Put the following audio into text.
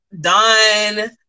done